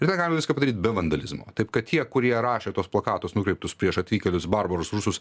ir ten galima viską padaryt be vandalizmo taip kad tie kurie rašė tuos plakatus nukreiptus prieš atvykėlius barbarus rusus